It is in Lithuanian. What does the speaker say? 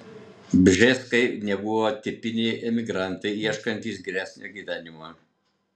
bžeskai nebuvo tipiniai emigrantai ieškantys geresnio gyvenimo